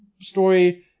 story